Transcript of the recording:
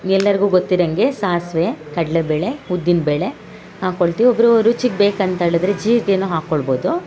ಎಲ್ಲರ್ಗು ಗೊತ್ತಿರಂಗೆ ಸಾಸ್ವೆ ಕಡ್ಲೆ ಬೇಳೆ ಉದ್ದಿನ ಬೇಳೆ ಹಾಕೊಳ್ತೀವಿ ಒಬ್ಬರು ಓ ರುಚಿಗೆ ಬೇಕು ಅಂತ್ಹೇಳಿದರೆ ಜೀರ್ಗೆನ ಹಾಕೊಳ್ಬೌದು